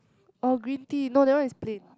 orh green tea no that one is plain